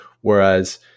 Whereas